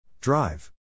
Drive